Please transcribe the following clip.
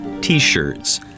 t-shirts